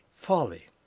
Folly